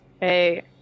Hey